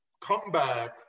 comeback